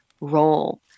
role